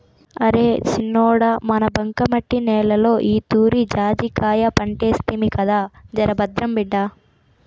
అరే సిన్నోడా మన బంకమట్టి నేలలో ఈతూరి జాజికాయ పంటేస్తిమి కదా జరభద్రం బిడ్డా